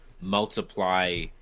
multiply